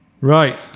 Right